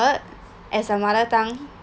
as a mother tongue